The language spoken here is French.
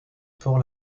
port